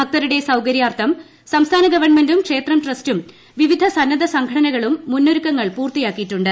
ഭക്തരുടെ സൌകര്യാർത്ഥം സംസ്ഥാന ഗവൺമെന്റും ക്ഷേത്രം ട്രസ്റ്റും വിവിധ സന്നദ്ധ സംഘടനകളും മുന്നൊരുക്കങ്ങൾ പൂർത്തിയാക്കിയിട്ടുണ്ട്